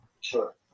Sure